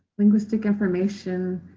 linguistic information,